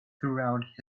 throughout